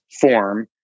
form